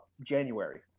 January